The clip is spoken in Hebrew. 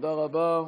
תודה רבה.